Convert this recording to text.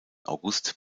august